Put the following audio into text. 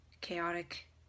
chaotic